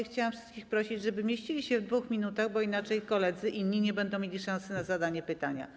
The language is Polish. Chciałabym wszystkich prosić, żeby mieścili się w 2 minutach, bo inaczej inni koledzy nie będą mieli szansy na zadanie pytania.